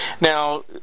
Now